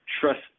trust